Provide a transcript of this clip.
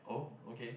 oh okay